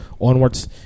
onwards